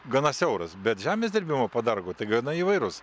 gana siauras bet žemės dirbimo padargų tai gana įvairus